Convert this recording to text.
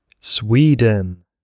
Sweden